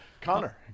Connor